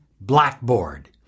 blackboard